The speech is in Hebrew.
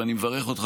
אני מברך אותך,